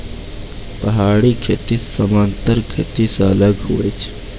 पहाड़ी खेती समान्तर खेती से अलग हुवै छै